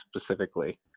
specifically